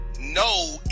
no